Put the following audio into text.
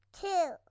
two